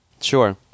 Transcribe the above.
Sure